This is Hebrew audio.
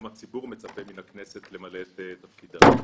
הציבור מצפה מהכנסת למלא את תפקידה.